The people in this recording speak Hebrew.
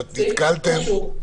נתקלתם?